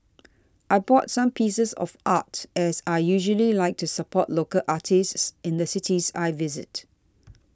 I bought some pieces of art as I usually like to support local artists in the cities I visit